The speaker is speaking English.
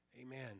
Amen